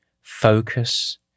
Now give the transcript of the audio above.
focus